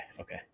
okay